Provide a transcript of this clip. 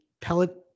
pellet